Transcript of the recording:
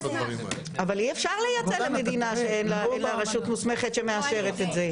אי אפשר לייצא למדינה שאין לה רשות מוסמכת שמאשרת את זה.